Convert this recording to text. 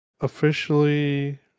officially